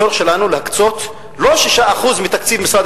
הצורך שלנו להקצות לא 6% מתקציב משרד